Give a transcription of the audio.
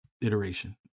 iteration